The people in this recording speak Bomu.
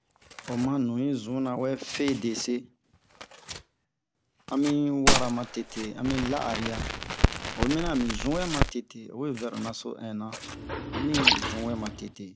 a ma nu yi zunna wɛ fe dese ami wara matete ami la'ariya o o yi minian ami zun we matete owe vɛ lo naso innan ami zun matete